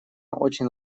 очень